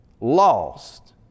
lost